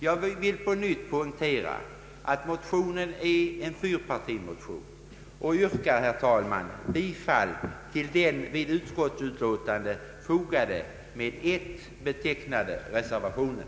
Jag vill framhålla att motionen är en fyrpartimotion och yrkar, herr talman, bifall till den vid utskottets utlåtande fogade med I betecknade reservationen.